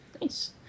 Nice